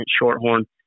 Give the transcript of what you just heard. shorthorn